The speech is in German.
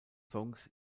songs